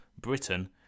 Britain